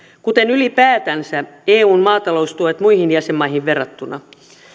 kuten ylipäätänsä eun maataloustuet muihin jäsenmaihin verrattuna